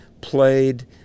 played